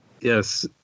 yes